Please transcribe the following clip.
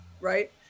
right